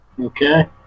Okay